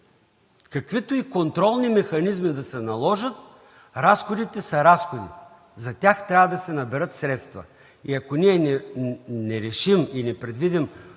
Каквито и контролни механизми да се наложат, разходите са разходи. За тях трябва да се наберат средства. Ако ние не решим и не предвидим